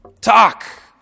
Talk